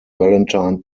valentine